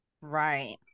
Right